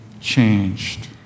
changed